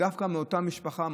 זה דווקא מאותה משפחה,